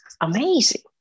amazing